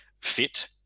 fit